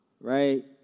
right